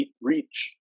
reach